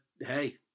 hey